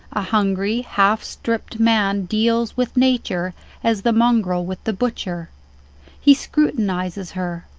a hungry, half-stripped man deals with nature as the mongrel with the butcher he scrutinizes her,